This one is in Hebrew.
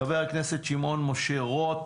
חבר הכנסת שמעון משה רוט,